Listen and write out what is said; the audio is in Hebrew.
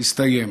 הסתיים.